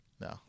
No